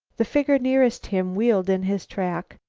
the figure nearest him wheeled in his track.